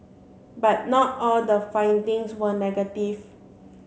but not all the findings were negative